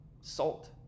salt